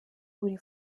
buri